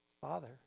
Father